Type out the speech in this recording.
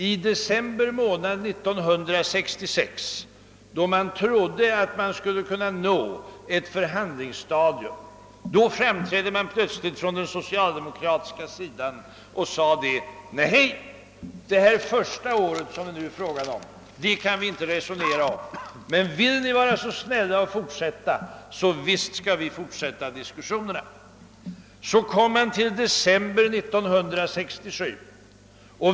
I december månad 1966 — då man trodde att man skulle kunna nå ett förhandlingsstadium — framträdde socialdemokraterna plötsligt och sade: Nej, detta första år, som det nu gäller, kan vi inte resonera om. Men vill ni vara så snälla och fortsätta, så visst skall vi fortsätta diskussionen om följande år.